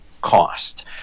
cost